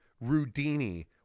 rudini